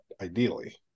Ideally